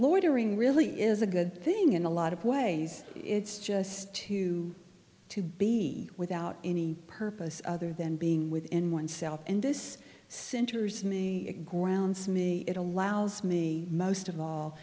loitering really is a good thing in a lot of ways it's just too to be without any purpose other than being within oneself in this center is to me it grounds me it allows me most of all